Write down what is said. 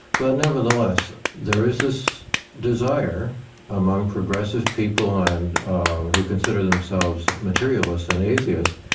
but nevertheless, there is this desire among progressive people and who consider themselves materialists and atheists,